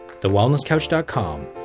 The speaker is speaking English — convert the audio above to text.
TheWellnessCouch.com